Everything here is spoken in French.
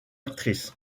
actrice